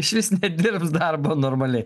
išvis nedirbs darbo normaliai